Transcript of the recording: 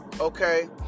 okay